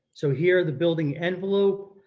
so here are the building envelope.